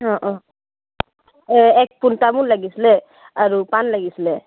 অঁ অঁ এ এপোণ তামোল লাগিছিলে আৰু পাণ লাগিছিলে